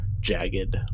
jagged